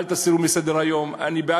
אל תסירו מסדר-היום.